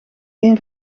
één